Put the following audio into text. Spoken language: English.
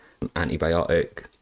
antibiotic